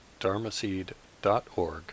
dharmaseed.org